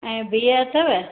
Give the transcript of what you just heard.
ऐं बिहु अथव